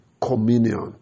communion